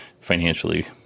financially